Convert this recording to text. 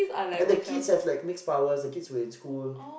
and the kids have like mixed powers the kids were in school